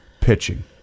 pitching